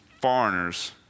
foreigners